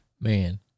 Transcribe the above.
Man